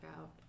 out